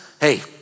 hey